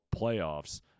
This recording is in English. playoffs